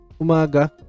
umaga